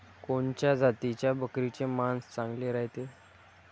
कोनच्या जातीच्या बकरीचे मांस चांगले रायते?